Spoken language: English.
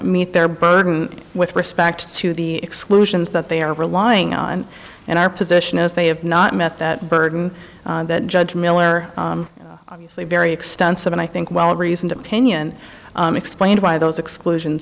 meet their burden with respect to the exclusions that they are relying on and our position is they have not met that burden that judge miller obviously very extensive and i think well reasoned opinion explained by those exclusion